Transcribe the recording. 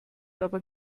aber